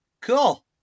Cool